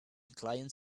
client